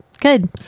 Good